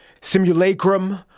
simulacrum